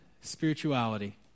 spirituality